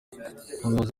umuyobozi